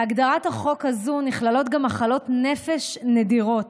בהגדרת החוק הזו נכללות גם מחלות נפש נדירות,